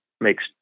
makes